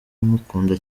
mukunda